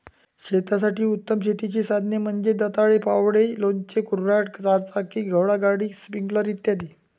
शेतासाठी उत्तम शेतीची साधने म्हणजे दंताळे, फावडे, लोणचे, कुऱ्हाड, चारचाकी घोडागाडी, स्प्रिंकलर इ